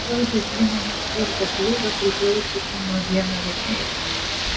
lodzė primena sporto klubą priklausiusį nuo vieno rėmėjo